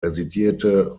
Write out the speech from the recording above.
residierte